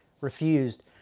refused